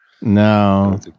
No